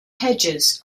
hedges